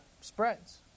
spreads